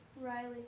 Riley